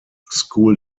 school